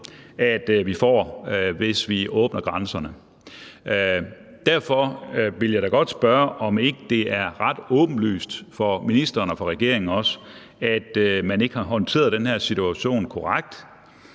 imod, hvis vi åbner grænserne. Derfor vil jeg da godt spørge, om ikke det er ret åbenlyst for ministeren og for regeringen også, at man ikke har håndteret den her situation korrekt.